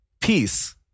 Peace